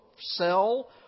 sell